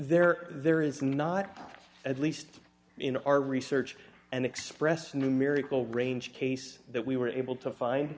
there there is not at least in our research and express numerical range case that we were able to find